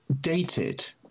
dated